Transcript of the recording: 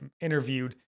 interviewed